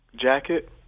jacket